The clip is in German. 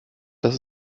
das